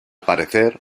parecer